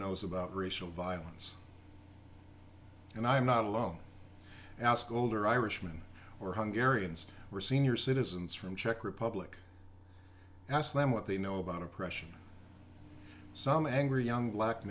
knows about racial violence and i'm not alone ask older irishman or hunger ariens were senior citizens from czech republic ask them what they know about oppression some angry young black